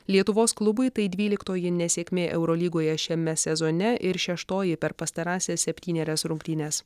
lietuvos klubui tai dvyliktoji nesėkmė eurolygoje šiame sezone ir šeštoji per pastarąsias septynerias rungtynes